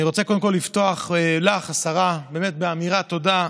אני רוצה קודם כול לפתוח באמת באמירת תודה לך,